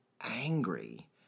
angry